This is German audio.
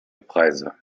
preise